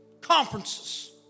conferences